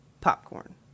Popcorn